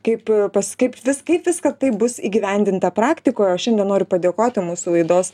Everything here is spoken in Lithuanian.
kaip pas kaip visk viską taip bus įgyvendinta praktikoj o šiandien noriu padėkoti mūsų laidos